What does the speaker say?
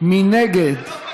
מי נגד?